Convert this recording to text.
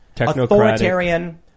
authoritarian